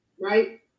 right